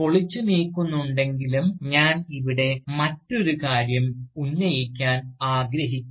പൊളിച്ചുനീക്കുന്നുണ്ടെങ്കിലും ഞാൻ ഇവിടെ മറ്റൊരു കാര്യം ഉന്നയിക്കാൻ ആഗ്രഹിക്കുന്നു